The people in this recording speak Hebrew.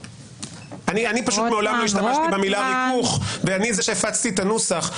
אני מעולם לא השתמשתי במילה הזאת ואני זה שהפצתי את הנוסח.